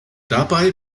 dabei